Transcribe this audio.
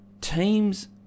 teams